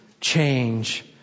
change